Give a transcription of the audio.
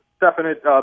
definite